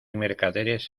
mercaderes